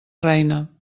reina